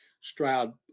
Stroud